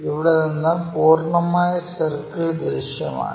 ഇവിടെ നിന്ന് പൂർണ്ണമായ സർക്കിൾ ദൃശ്യമാണ്